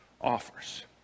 offers